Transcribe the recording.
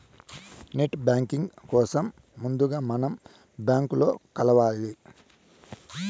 net banking కోసం ముందుగా మనం బ్యాంకులో కలవాలి